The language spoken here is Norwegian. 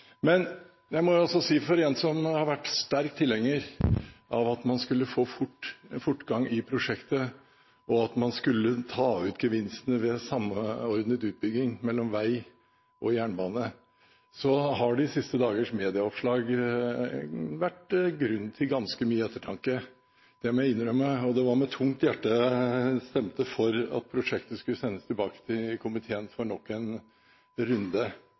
Men jeg må også si at for en som har vært sterk tilhenger av å få fortgang i prosjektet og å ta ut gevinstene ved samordnet utbygging av vei og jernbane, har de siste dagers medieoppslag vært grunn til ganske mye ettertanke. Det må jeg innrømme, og det var med tungt hjerte jeg stemte for at prosjektet skulle sendes tilbake til komiteen for nok en runde.